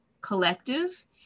Collective